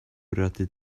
bwriadu